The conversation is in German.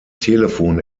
telefon